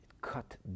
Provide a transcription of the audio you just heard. cut